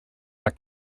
are